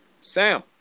Sam